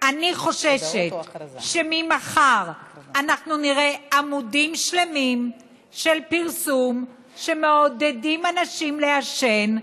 אני חוששת שממחר אנחנו נראה עמודים שלמים של פרסום שמעודדים אנשים לעשן,